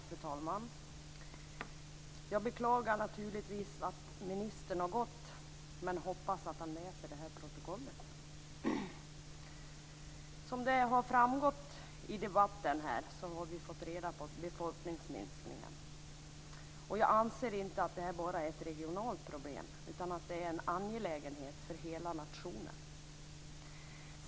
Fru talman! Jag beklagar naturligtvis att ministern har gått. Men jag hoppas att han läser protokollet. I debatten har vi fått reda på hur det förhåller sig med befolkningsminskningen. Jag anser inte att det enbart är ett regionalt problem, utan det är en angelägenhet för hela nationen.